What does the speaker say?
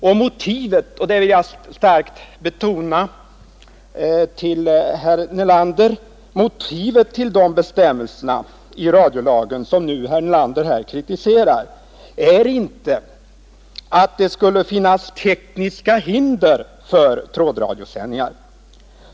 Och motivet — det vill jag starkt betona för herr Nelander — till de bestämmelser i radiolagen som herr Nelander nu kritiserar är inte att det skulle finnas tekniska hinder för trådradiosändningar.